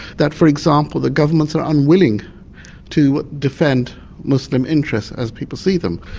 that for example, the governments are unwilling to defend muslim interests as people see them.